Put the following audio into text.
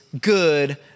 good